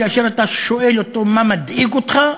כאשר אתה שואל אותו: מה מדאיג אותך?